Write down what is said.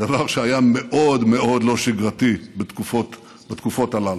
דבר שהיה מאוד מאוד לא שגרתי בתקופות הללו.